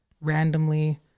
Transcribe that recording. randomly